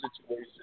situation